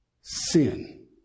sin